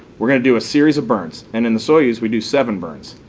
we're gonna do a series of burns, and in the soyuz we do seven burns.